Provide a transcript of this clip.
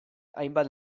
hainbat